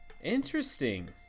Interesting